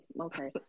okay